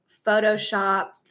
Photoshop